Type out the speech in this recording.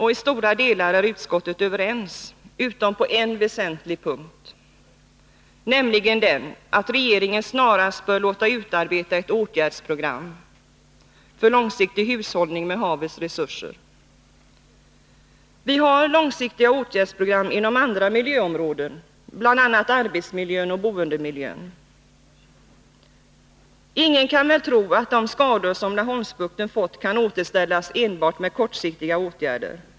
I stora delar är utskottet överens, utom på en väsentlig punkt, nämligen den, att regeringen snarast bör låta utarbeta ett åtgärdsprogram för långsiktig hushållning med havets resurser. Vi har långsiktiga åtgärdsprogram inom andra miljöområden, bl.a. beträffande arbetsmiljön och boendemiljön. Ingen kan väl tro att de skador som Laholmsbukten fått kan återställas med enbart kortsiktiga åtgärder.